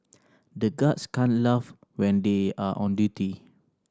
the guards can't laugh when they are on duty